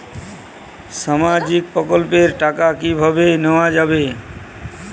সামাজিক প্রকল্পের টাকা কিভাবে নেওয়া যাবে?